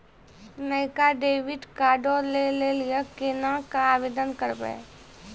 नयका डेबिट कार्डो लै लेली केना के आवेदन करबै?